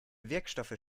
wirkstoffe